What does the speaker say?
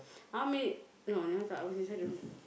how many no I never talk I was inside the room